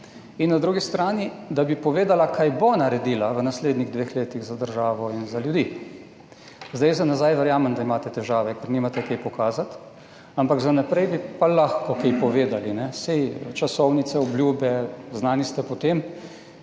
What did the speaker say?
in na drugi strani, da bi povedala, kaj bo naredila v naslednjih dveh letih za državo in ljudi. Za nazaj verjamem, da imate težave, ker nimate kaj pokazati, ampak za naprej bi pa lahko kaj povedali. Saj ste znani po